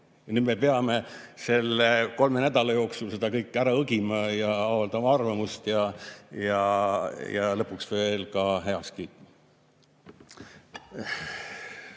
nüüd me peame selle kolme nädala jooksul selle kõik ära õgima, avaldama arvamust ja lõpuks veel heaks